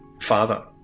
father